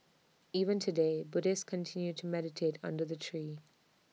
even today Buddhists continue to meditate under the tree